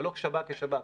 אבל לא שב"כ כשב"כ.